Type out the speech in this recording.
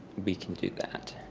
we can do that,